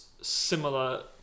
similar